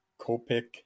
Copic